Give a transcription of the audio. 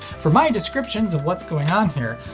from my descriptions of what's going on here,